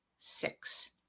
Six